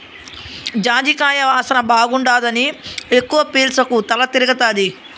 జాజికాయ వాసన బాగుండాదని ఎక్కవ పీల్సకు తల తిరగతాది